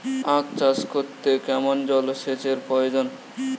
আখ চাষ করতে কেমন জলসেচের প্রয়োজন?